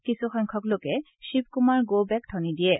কিছুসংখ্যক লোকে Shiv Kumar go back ধ্বনি দিয়ে